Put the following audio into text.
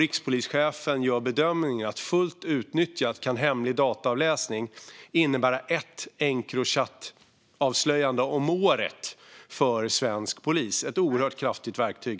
Rikspolischefen gör bedömningen att fullt utnyttjat kan hemlig dataavläsning innebära ett Encrochatavslöjande om året för svensk polis. Det är ett oerhört kraftigt verktyg.